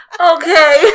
Okay